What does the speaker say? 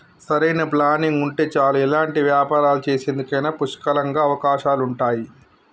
సరైన ప్లానింగ్ ఉంటే చాలు ఎలాంటి వ్యాపారాలు చేసేందుకైనా పుష్కలంగా అవకాశాలుంటయ్యి